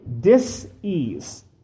dis-ease